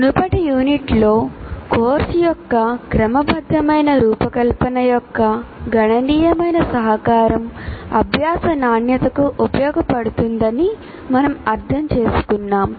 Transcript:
మునుపటి యూనిట్లో కోర్సు యొక్క క్రమబద్ధమైన రూపకల్పన యొక్క గణనీయమైన సహకారం అభ్యాస నాణ్యతకు ఉపయోగపడుతుందని మనం అర్థం చేసుకున్నాము